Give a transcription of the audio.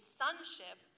sonship